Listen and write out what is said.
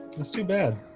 let's do bad.